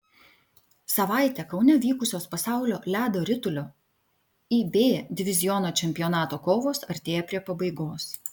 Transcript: savaitę kaune vykusios pasaulio ledo ritulio ib diviziono čempionato kovos artėja prie pabaigos